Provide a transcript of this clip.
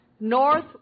North